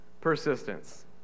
persistence